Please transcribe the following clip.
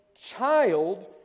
child